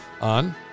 on